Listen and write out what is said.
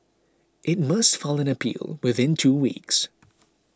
it must file an appeal within two weeks